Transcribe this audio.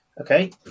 Okay